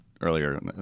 earlier